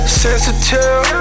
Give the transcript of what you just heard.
sensitive